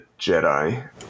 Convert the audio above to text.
Jedi